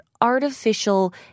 artificial